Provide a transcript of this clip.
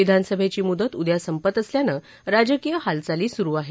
विधानसभेची मुदत उद्या संपत असल्यानं राजकीय हालचाली सुरु आहेत